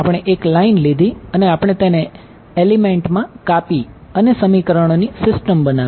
આપણે એક લાઇન લીધી અને આપણે તેને એલિમેન્ટ માં કાપી અને સમીકરણોની સિસ્ટમ બનાવી